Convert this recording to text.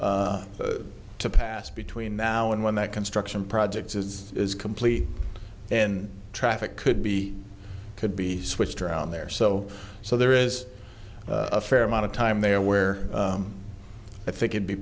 to pass between now and when that construction projects is is complete and traffic could be could be switched around there so so there is a fair amount of time there where i think it be